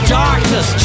darkness